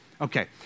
Okay